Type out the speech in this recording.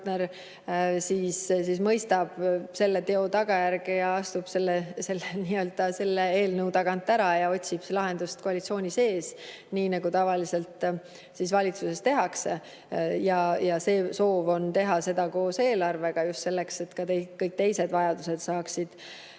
mõistab selle teo tagajärgi, nii-öelda astub selle eelnõu tagant ära ja otsib lahendust koalitsiooni sees, nii nagu tavaliselt valitsuses tehakse. Soov on teha seda koos eelarvega, just selleks, et ka kõik teised vajadused saaksid